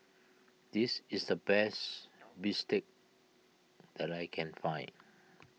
this is the best Bistake that I can find